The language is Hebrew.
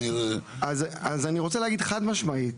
אז אני רוצה להגיד חד משמעית,